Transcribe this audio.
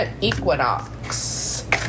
equinox